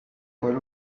poids